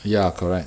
ya correct